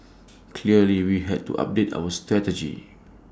clearly we had to update our strategy